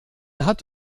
hat